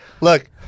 Look